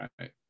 Right